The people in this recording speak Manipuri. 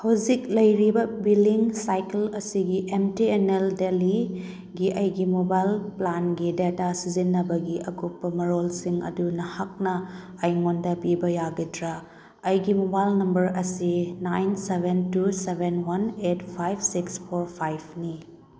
ꯍꯧꯖꯤꯛ ꯂꯩꯔꯤꯕ ꯕꯤꯜꯂꯤꯡ ꯁꯥꯏꯀꯜ ꯑꯁꯤꯒꯤ ꯑꯦꯝ ꯇꯤ ꯑꯦꯟ ꯑꯦꯜ ꯗꯦꯜꯂꯤꯒꯤ ꯑꯩꯒꯤ ꯃꯣꯕꯥꯏꯜ ꯄ꯭ꯂꯥꯟꯒꯤ ꯗꯦꯇꯥ ꯁꯤꯖꯤꯟꯅꯕꯒꯤ ꯑꯀꯨꯞꯄ ꯃꯔꯣꯜꯁꯤꯡ ꯑꯗꯨ ꯅꯍꯥꯛꯅ ꯑꯩꯉꯣꯟꯗ ꯄꯤꯕ ꯌꯥꯒꯗ꯭ꯔꯥ ꯑꯩꯒꯤ ꯃꯣꯕꯥꯏꯜ ꯅꯝꯕꯔ ꯑꯁꯤ nine seven two seven one eight five six four ꯐꯥꯏꯕꯅꯤ